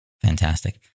Fantastic